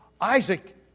Isaac